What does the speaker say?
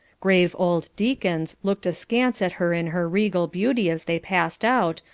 grave old deacons looked askance at her in her regal beauty as they passed out,